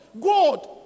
God